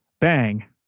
bang